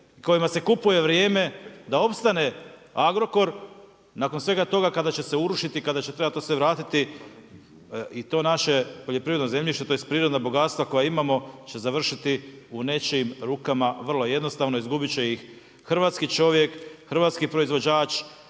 kojima se kupuje vrijeme da opstane Agrokor, nakon svega toga kada će se urušiti i kada će trebati to sve vratiti i to naše poljoprivredno zemljište, tj. prirodna bogatstva koja imamo će završiti u nečijim rukama, vrlo jednostavno, izgubiti će ih hrvatski čovjek, hrvatski proizvođač.